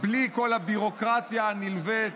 בלי כל הביורוקרטיה הנלווית